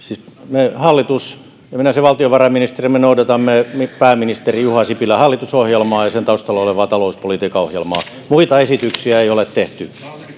me hallitus ja minä sen valtiovarainministerinä noudatamme pääministeri juha sipilän hallitusohjelmaa ja sen taustalla olevaa talouspolitiikan ohjelmaa muita esityksiä ei ole tehty